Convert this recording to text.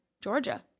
Georgia